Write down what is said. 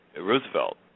Roosevelt